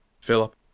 Philip